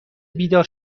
بیدار